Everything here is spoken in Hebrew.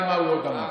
מעשים,